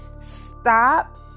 Stop